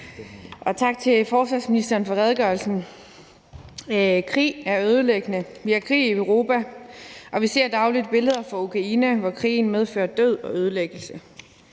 Og tak til forsvarsministeren for redegørelsen. Krig er ødelæggende. Vi har krig i Europa, og vi ser dagligt billeder fra Ukraine, hvor krigen medfører død og ødelæggelse.